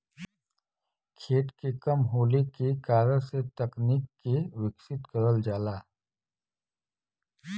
खेत के कम होले के कारण से तकनीक के विकसित करल जाला